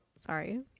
Sorry